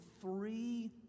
three